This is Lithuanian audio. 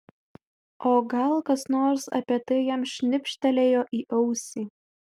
o gal kas nors apie tai jam šnibžtelėjo į ausį